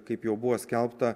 kaip jau buvo skelbta